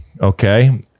okay